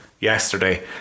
yesterday